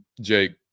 jake